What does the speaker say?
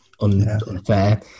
unfair